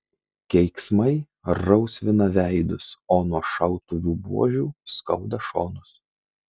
keiksmai rausvina veidus o nuo šautuvų buožių skauda šonus